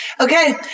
Okay